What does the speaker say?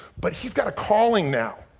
but he's got a calling now.